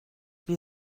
wir